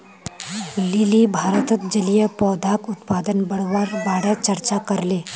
lily भारतत जलीय पौधाक उत्पादन बढ़वार बारे चर्चा करले